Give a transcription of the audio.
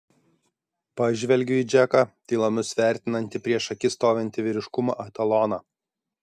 pažvelgiu į džeką tylomis vertinantį prieš akis stovintį vyriškumo etaloną